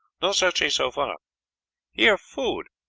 no searchee so far here food,